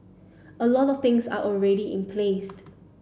a lot of things are already in placed